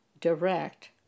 direct